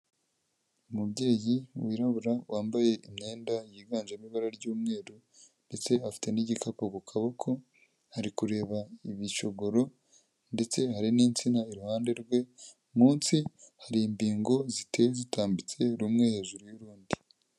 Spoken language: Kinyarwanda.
Umubyeyi wirabura wambaye imyenda yiganjemo ibara ry'umweru ndetse afite n'igikapu ku kaboko, ari kureba ibicogoro ndetse hari n'insina iruhande rwe, munsi hari imbingo ziteye zitambitse rumwe hejuru y'urundi.